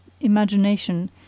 imagination